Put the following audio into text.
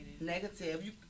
Negative